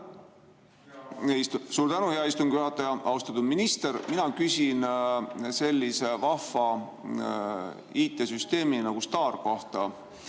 Suur tänu, hea istungi juhataja! Austatud minister! Mina küsin sellise vahva IT-süsteemi nagu STAR kohta.